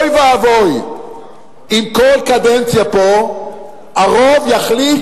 אוי ואבוי אם כל קדנציה פה הרוב יחליט